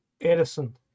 edison